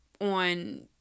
on